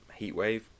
Heatwave